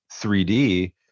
3d